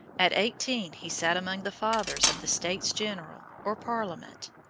at eighteen he sat among the fathers of the states-general or parliament.